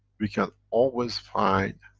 we can always find